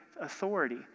authority